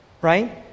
right